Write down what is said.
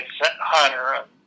Hunter